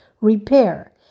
repair